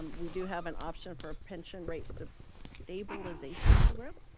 um we do have an option for pension rates to stabilization program.